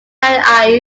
harry